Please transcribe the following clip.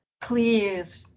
Please